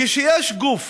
כשיש גוף